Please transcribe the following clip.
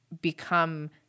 become